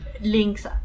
links